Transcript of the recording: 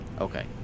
Okay